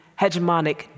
hegemonic